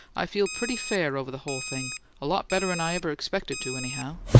i feel pretty fair over the whole thing a lot better'n i ever expected to, anyhow.